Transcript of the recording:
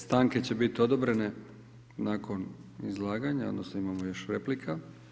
Stanke će biti odobrene nakon izlaganja odnosno imamo još replika.